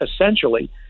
essentially